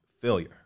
failure